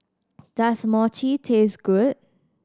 does Mochi taste good